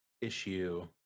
issue